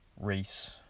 race